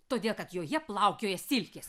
todėl kad joje plaukioja silkės